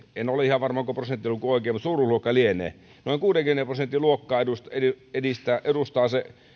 en ole ihan varma onko prosenttiluku oikein mutta suuruusluokka lienee noin kuudenkymmenen prosentin luokkaa edustaa